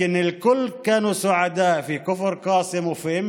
אבל כולם שמחו מאוד בכפר קאסם ובאום